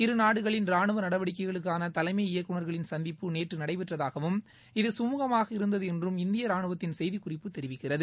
இருநாடுகளின் ராணுவ நடவடிக்கைகளுக்கான தலைமை இயக்குநர்களின் சந்திப்பு நேற்று நடைபெற்றதாகவும் இது கமூகமாக இருந்தது என்றும் இந்திய ராணுவத்தின் செய்திக்குறிப்பு தெரிவிக்கிறது